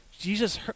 Jesus